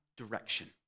Direction